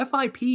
FIP